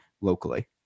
locally